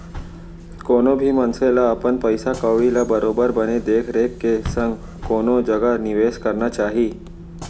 कोनो भी मनसे ल अपन पइसा कउड़ी ल बरोबर बने देख रेख के संग कोनो जघा निवेस करना चाही